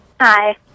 Hi